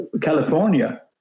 California